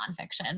nonfiction